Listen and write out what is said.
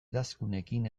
idazkunekin